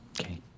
Okay